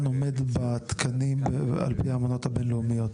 עומד בתקנים על פי האמנות הבינלאומיות?